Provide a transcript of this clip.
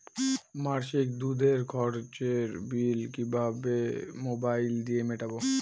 মাসিক দুধের খরচের বিল কিভাবে মোবাইল দিয়ে মেটাব?